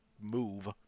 move